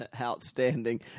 Outstanding